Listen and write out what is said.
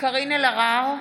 אוריאל בוסו,